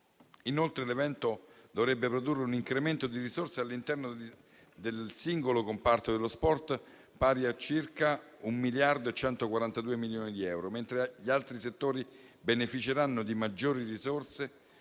Inoltre, l'evento dovrebbe produrre un incremento di risorse all'interno del singolo comparto dello sport pari a un miliardo e 142 milioni di euro, mentre gli altri settori beneficeranno di maggiori risorse